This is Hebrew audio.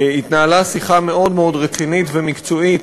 התנהלה שיחה מאוד מאוד רצינית ומקצועית